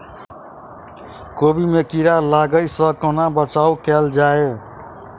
कोबी मे कीड़ा लागै सअ कोना बचाऊ कैल जाएँ?